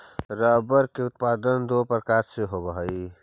rubber के उत्पादन दो प्रकार से होवऽ हई